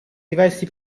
diversi